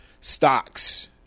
stocks